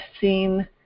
seen